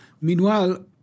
Meanwhile